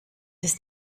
ist